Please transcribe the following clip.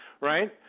right